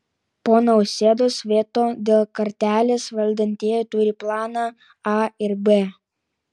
po nausėdos veto dėl kartelės valdantieji turi planą a ir b